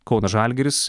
kauno žalgiris